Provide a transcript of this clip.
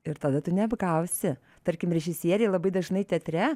ir tada tu neapgausi tarkim režisieriai labai dažnai teatre